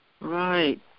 Right